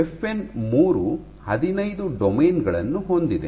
FN 3 ಹದಿನೈದು domain ಗಳನ್ನು ಹೊಂದಿದೆ